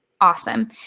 awesome